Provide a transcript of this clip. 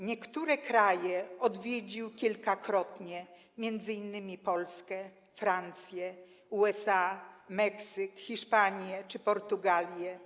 Niektóre kraje odwiedził kilkakrotnie, m.in. Polskę, Francję, USA, Meksyk, Hiszpanię czy Portugalię.